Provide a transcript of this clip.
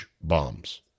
Bombs